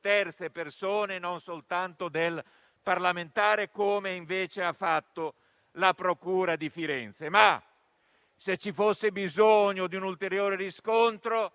terze persone, non soltanto di un parlamentare, come invece ha fatto la procura di Firenze. Tuttavia, se ci fosse bisogno di un ulteriore riscontro,